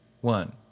one